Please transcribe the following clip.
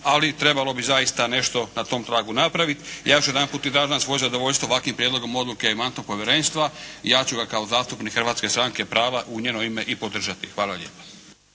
Ali trebalo bi zaista nešto na tom tragu napravit. Ja ću još jedanput …/Govornik se ne razumije./… svoje zadovoljstvo ovakvim prijedlogom odluke Mandatnog povjerenstva. Ja ću ga kao zastupnik Hrvatske stranke prava u njeno ime i podržati. Hvala lijepa.